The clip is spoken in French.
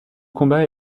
combat